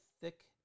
thick